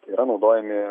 tai yra naudojami